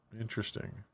Interesting